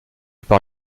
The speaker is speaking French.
par